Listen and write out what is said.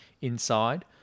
inside